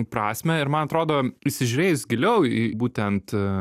prasmę ir man atrodo įsižiūrėjus giliau į būtent